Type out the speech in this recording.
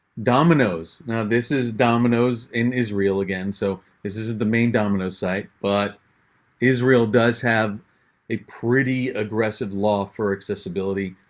dominos. now this is dominos in israel again so this isn't the main domino site but israel does have a pretty aggressive law for accessibility